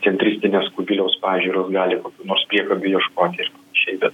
centristinės kubiliaus pažiūros gali kokių nors priekabių ieškoti šiaip bet